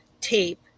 tape